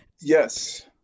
yes